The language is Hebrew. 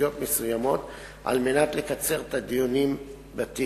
בסוגיות מסוימות על מנת לקצר את הדיונים בתיק,